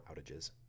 outages